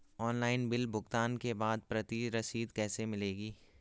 Online bill भुगतान के बाद प्रति रसीद कैसे मिलेगी?